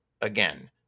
again